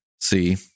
See